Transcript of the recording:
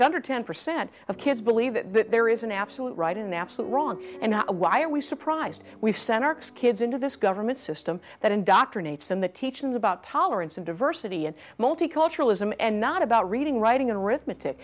them under ten percent of kids believe that there is an absolute right in the absolute wrong and why are we surprised we've sent arcs kids into this government system that indoctrinates them the teaching about tolerance and diversity and multiculturalism and not about reading writing arithmetic